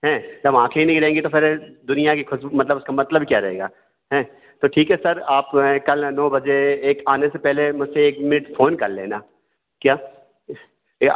जब आँखें ही नहीं रहेंगी तो फिर दुनिया की मतलब उसका मतलब क्या रहेगा हें तो ठीक है सर आप कल नौ बजे एक आने से पहले मुझसे एक मिनट फ़ोन कर लेना क्या या